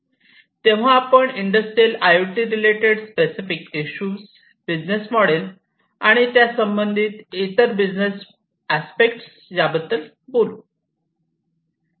तेव्हा आपण industrial I O T related specific issue business model आणि त्या संबंधित इतर बिझनेस अस्पेक्ट्स याबद्दल बोलू